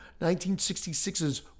1966's